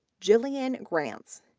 jillian grantz,